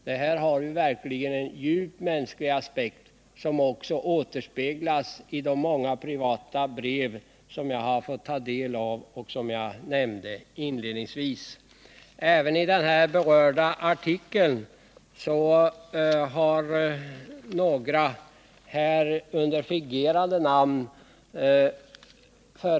Det här har verkligen en djup mänsklig aspekt, som också återspeglas i de många privata brev jag har fått ta del av och som jag nämnde inledningsvis. Även i den tidigare nämnda artikeln har några personer kommit till tals under fingerade namn.